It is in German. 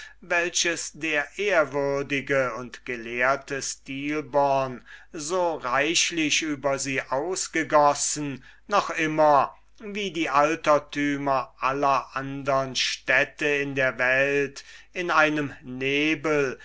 welches der ehrwürdige und gelehrte stilbon so reichlich über sie ausgegossen noch immer wie die altertümer aller andern städte in der welt in einem nebel